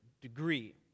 degree